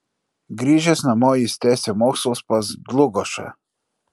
grįžęs namo jis tęsė mokslus pas dlugošą